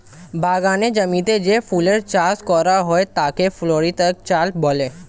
বাগানের জমিতে যে ফুলের চাষ করা হয় তাকে ফ্লোরিকালচার বলে